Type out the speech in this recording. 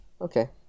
Okay